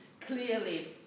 clearly